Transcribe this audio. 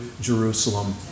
Jerusalem